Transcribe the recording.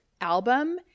album